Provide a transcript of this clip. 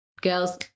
Girls